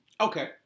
Okay